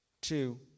Two